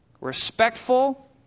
respectful